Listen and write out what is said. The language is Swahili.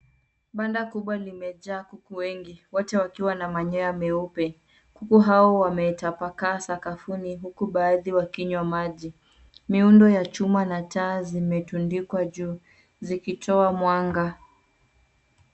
Banda kubwa limejaa kuku wengi wote wakiwa na manyoya meupe. Kuku hao wametapakaa sakafuni huku baadhi wakinywa maji. Miundo ya chuma na taa zimetundikwa juu, zikitoa mwanga.